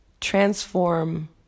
transform